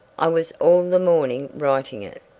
i was all the morning writing it.